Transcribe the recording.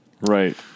Right